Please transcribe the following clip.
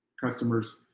customers